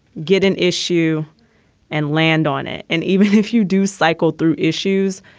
get an issue and land on it. and even if you do cycle through issues,